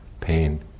pain